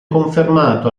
confermato